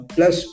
Plus